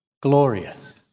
glorious